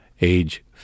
age